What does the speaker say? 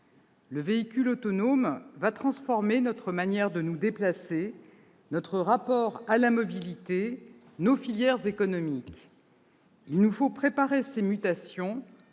Le véhicule autonome va transformer notre manière de nous déplacer, notre rapport à la mobilité, nos filières économiques. Il nous faut préparer ces mutations